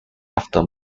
after